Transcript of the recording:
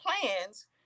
plans